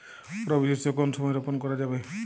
রবি শস্য কোন সময় রোপন করা যাবে?